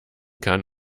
kann